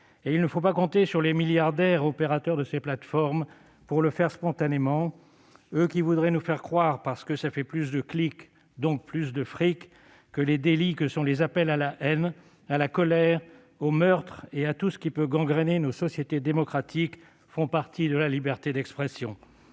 et il ne faut pas compter sur les milliardaires opérateurs de ces plateformes pour le faire spontanément, eux qui voudraient nous faire croire, parce que ça fait plus de clics, donc plus de fric, que les délits que sont les appels à la haine, à la colère, au meurtre et à tout ce qui peut gangrener nos sociétés démocratiques, font partie de la liberté d'expression.